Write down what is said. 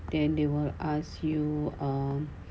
then they will ask you um